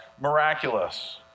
miraculous